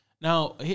Now